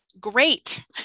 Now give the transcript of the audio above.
great